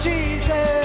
Jesus